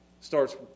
starts